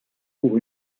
pour